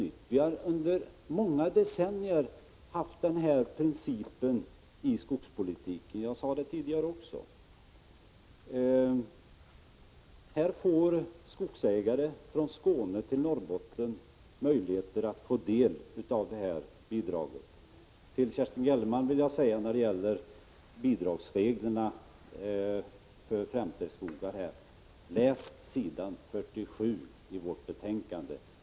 Vi har under många decennier haft den principen i skogspolitiken — jag sade detta tidigare också. Här får skogsägare från Skåne till Norrbotten möjlighet att få ta del av bidraget. Till Kerstin Gellerman vill jag säga när det gäller bidragsreglerna för 5:3-skogar: Läs s. 47 i vårt betänkande.